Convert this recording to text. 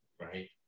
right